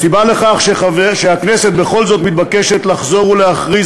הסיבה לכך שהכנסת בכל זאת מתבקשת לחזור ולהכריז